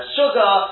sugar